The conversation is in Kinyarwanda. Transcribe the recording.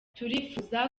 turifuza